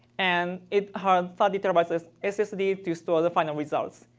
and it had thirty terabyte ssd to store the final results.